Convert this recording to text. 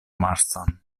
marston